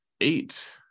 eight